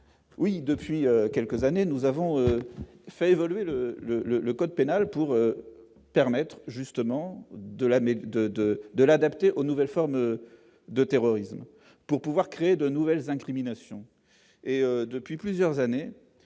Oui, depuis quelques années, nous avons fait évoluer le le le le code pénal pour permettre justement de l'année, de, de, de l'adapter aux nouvelles formes de terrorisme pour pouvoir créer de nouvelles incriminations et depuis plusieurs années,